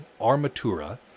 Armatura